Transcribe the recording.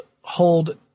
hold